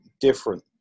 different